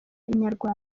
inyarwanda